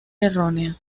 errónea